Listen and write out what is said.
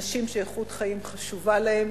אנשים שאיכות חיים חשובה להם.